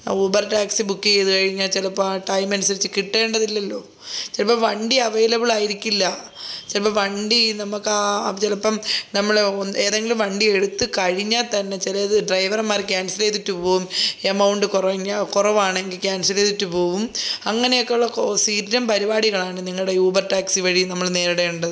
Uber taxi book ചെയ്തു കഴിഞ്ഞാൽ ചിലപ്പോൾ ആ ടൈം അനുസരിച്ച് കിട്ടേണ്ടതില്ലല്ലോ ചിലപ്പോൾ വണ്ടി അവൈലബിൾ ആയിരിക്കില്ല ചിലപ്പോൾ വണ്ടി നമുക്ക് ആ ചിലപ്പം നമ്മൾ ഒന്ന് ഏതെങ്കിലും വണ്ടി എടുത്തു കഴിഞ്ഞാൽത്തന്നെ ചിലത് ഡ്രൈവർമാർ ക്യാൻസൽ ചെയ്തിട്ട് പോവും എമൗണ്ട് കുറഞ്ഞ കുറവാണെങ്കിൽ ക്യാൻസൽ ചെയ്തിട്ട് പോവും അങ്ങനെയൊക്കെ ഉള്ള സ്ഥിരം പരിപാടികളാണ് നിങ്ങളുടെ ഈ ഊബർ ടാക്സി വഴി നമ്മൾ നേരിടേണ്ടത്